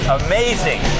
amazing